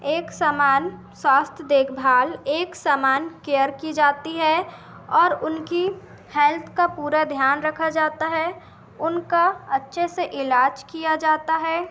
एक समान स्वास्थ्य देखभाल एक समान केयर की जाती है और उनकी हेल्थ का पूरा ध्यान रखा जाता है उनका अच्छे से इलाज किया जाता है